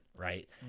right